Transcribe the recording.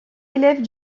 élève